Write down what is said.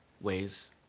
ways